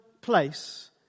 place